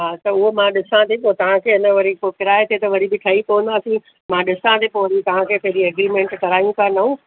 हा त उहो मां ॾिसां थी पोइ तव्हांखे अन वरी पोइ किराये ते त वरी बि ठही पवंदासी मां ॾिसां जेको वरी तव्हांखे पहिरीं एग्रीमेंट करायूं था नओं